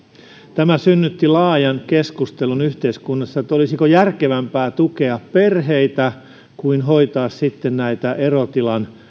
tämä synnytti laajan keskustelun yhteiskunnassa olisiko järkevämpää tukea perheitä kuin hoitaa näitä erotilan